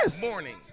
morning